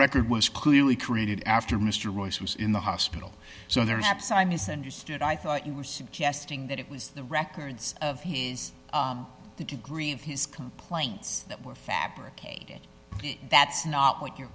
record was clearly created after mr royce was in the hospital so there's ups i misunderstood i thought you were suggesting that it was the records of his the degree of his complaints that were fabricated that's not what you're